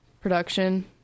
production